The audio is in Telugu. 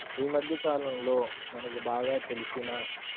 ఈ మధ్యకాలంలో మనకి బాగా తెలిసిన